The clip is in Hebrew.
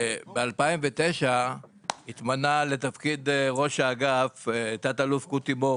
ב-2009 התמנה לתפקיד ראש האגף תת אלוף קותי מור